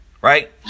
right